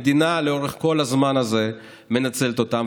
המדינה לאורך כל הזמן הזה מנצלת אותם,